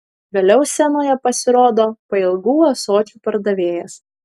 vėliau scenoje pasirodo pailgų ąsočių pardavėjas